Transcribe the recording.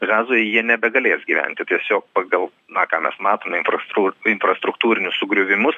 hazoje jie nebegalės gyventi tiesiog pagal na ką mes matome infrastru infrastruktūrinius sugriovimus